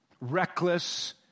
reckless